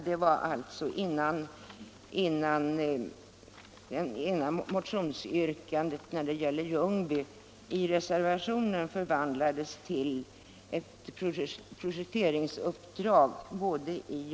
Det var alltså innan motionsyrkandet om polishus i Ljungby i reservationen förvandlades till ett projekteringsuppdrag.